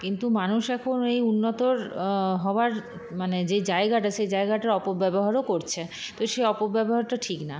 কিন্তু মানুষ এখন এই উন্নতর হওয়ার মানে যে জায়গাটা সেই জায়গাটার অপব্যবহারও করছে তো সেই অপব্যবহারটা ঠিক না